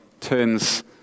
turns